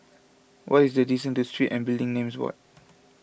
what is the distance to Street and Building Names Board